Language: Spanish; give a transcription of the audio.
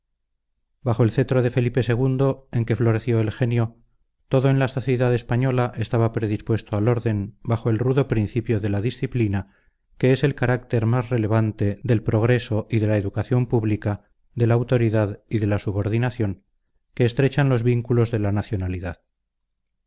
bajo el cetro de felipe ii en que floreció el genio todo en la sociedad española estaba predispuesto al orden bajo el rudo principio de la disciplina que es el carácter más relevante del progreso y de la educación pública de la autoridad y de la subordinación que estrechan los vínculos de la nacionalidad